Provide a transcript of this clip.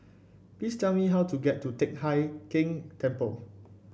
please tell me how to get to Teck Hai Keng Temple